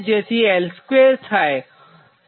જે l2 થાય છે